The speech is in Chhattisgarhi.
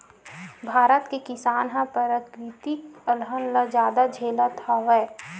भारत के किसान ह पराकिरितिक अलहन ल जादा झेलत हवय